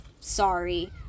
sorry